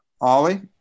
ollie